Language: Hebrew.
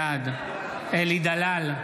בעד אלי דלל,